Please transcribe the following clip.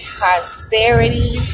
prosperity